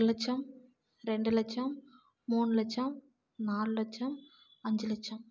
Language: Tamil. ஒரு லட்சம் ரெண்டு லட்சம் மூணு லட்சம் நாலு லட்சம் அஞ்சு லட்சம்